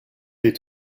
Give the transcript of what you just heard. les